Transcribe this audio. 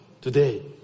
today